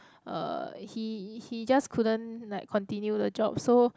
uh he he just couldn't like continue the job so